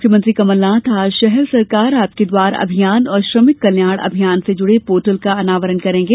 मुख्यमंत्री कमलनाथ आज शहर सरकार आपके द्वार अभियान और श्रमिक कल्याण अभियान से जुड़े पोर्टल का अनावरण करेंगे